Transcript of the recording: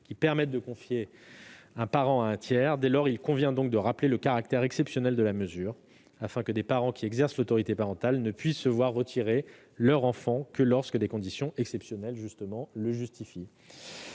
permettant de confier l'enfant à un tiers. Dès lors, il convient de rappeler le caractère exceptionnel de la mesure, afin que des parents qui exercent l'autorité parentale ne puissent se voir retirer leur enfant que lorsque des conditions exceptionnelles le justifient.